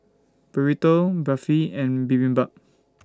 Burrito Barfi and Bibimbap